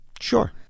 Sure